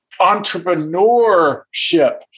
entrepreneurship